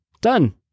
done